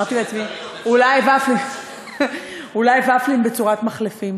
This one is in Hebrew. אמרתי לעצמי, אולי ופלים בצורת מחלפים.